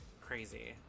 crazy